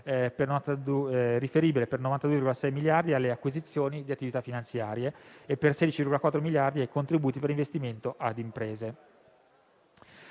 riferibile per 92,6 miliardi alle "Acquisizioni di attività finanziarie" e per 16,4 miliardi ai contributi per investimento ad imprese.